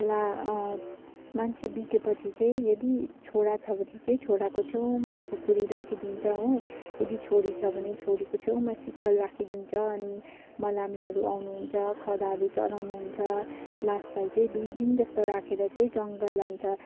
ला मान्छे बितेपछि चाहिँ यदि छोरा छ भने चाहिँ छोराको छेउमा खुकुरी राखिदिन्छ हो यदि छोरी छ भने छोरीको छेउमा सिक्कल राखिदिन्छ अनि मलामीहरू आउनुहुन्छ खदाहरू चढाउनुहुन्छ लासलाई चाहिँ दुई दिनजस्तो राखेर चाहिँ जङ्गल लान्छ